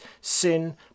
sin